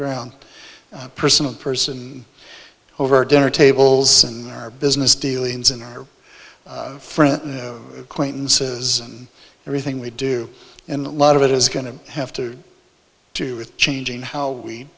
ground personal person over dinner tables and our business dealings in our friends acquaintances and everything we do and a lot of it is going to have to do with changing how we